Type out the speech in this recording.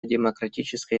демократической